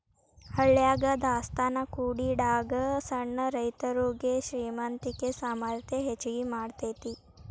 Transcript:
ಹಳ್ಯಾಗ ದಾಸ್ತಾನಾ ಕೂಡಿಡಾಗ ಸಣ್ಣ ರೈತರುಗೆ ಶ್ರೇಮಂತಿಕೆ ಸಾಮರ್ಥ್ಯ ಹೆಚ್ಗಿ ಮಾಡತೈತಿ